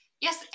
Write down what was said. Yes